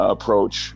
Approach